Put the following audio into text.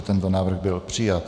Tento návrh byl přijat.